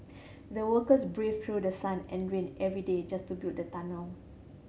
the workers braved through the sun and rain every day just to build the tunnel